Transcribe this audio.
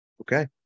Okay